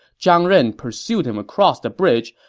zhang ren pursued him across the bridge,